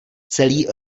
celý